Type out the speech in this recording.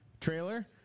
trailer